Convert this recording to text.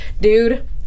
Dude